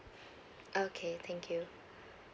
okay thank you